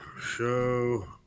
Show